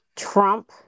Trump